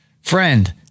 Friend